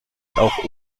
auch